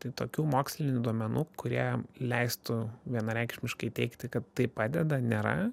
tai tokių mokslinių duomenų kurie leistų vienareikšmiškai teigti kad tai padeda nėra